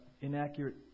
inaccurate